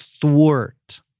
thwart